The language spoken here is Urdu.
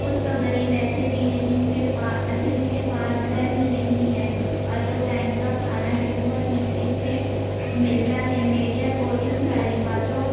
کچھ تو غریب ایسے بھی ہے جن کے جن کے پاس گھر بھی نہیں ہیں اور دو ٹائم کا کھانا بھی بہت مشکل سے ملتا ہے میڈیا کو ان ساری باتوں